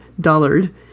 Dollard